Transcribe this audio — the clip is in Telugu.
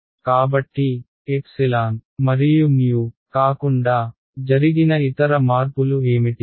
కాబట్టి ε మరియు కాకుండా జరిగిన ఇతర మార్పులు ఏమిటి